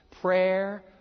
Prayer